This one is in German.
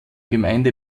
gemeinde